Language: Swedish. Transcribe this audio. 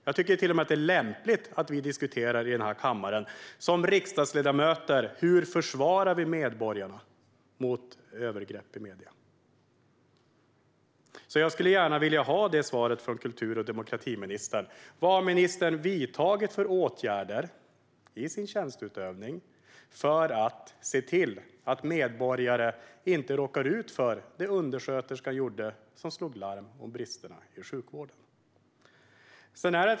Jag tycker till och med att det är lämpligt att vi som riksdagsledamöter diskuterar hur vi försvarar medborgarna mot övergrepp i medierna. Jag skulle gärna vilja ha svar av kultur och demokratiministern: Vad har ministern i sin tjänsteutövning vidtagit för åtgärder för att se till att medborgare inte råkar ut för det som hände den undersköterska som slog larm om bristerna i sjukvården?